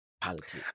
politics